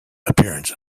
appearance